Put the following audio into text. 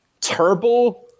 Turbo